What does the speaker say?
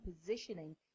positioning